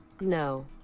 No